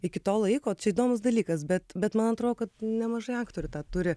iki to laiko čia įdomus dalykas bet bet man atrodo kad nemažai aktorių tą turi